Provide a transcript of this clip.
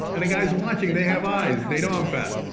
and the guys watching, they have eyes. they know i'm fat.